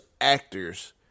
actors